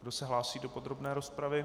Kdo se hlásí do podrobné rozpravy?